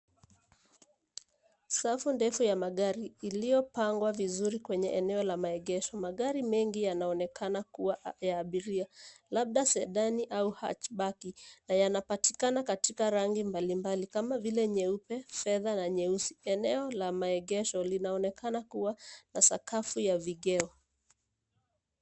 Safu ndefu ya magari iliyo pangwa vizuri kwenye eneo la maegesho. Magari mengi yanaonekana kuwa ya abiria labda sedani au hatchbaki na yana patikana katika rangi mbali mbali kama vile nyeupe, fedha na nyeusi. Eneo la maegesho linaonekana kuwa la sakafu ya vigeo.